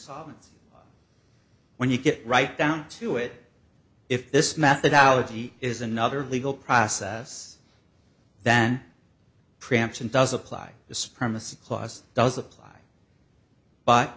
insolvency when you get right down to it if this methodology is another legal process then preemption does apply the supremacy clause does apply but